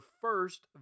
first